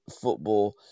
football